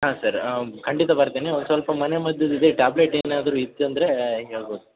ಹಾಂ ಸರ್ ಖಂಡಿತ ಬರ್ತೇನೆ ಒಂದು ಸ್ವಲ್ಪ ಮನೆ ಮದ್ದುದು ಇದೆ ಟ್ಯಾಬ್ಲೆಟ್ ಏನಾದರೂ ಇತ್ತು ಅಂದ್ರೆ ಹೇಳ್ಬೋದು